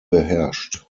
beherrscht